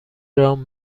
رام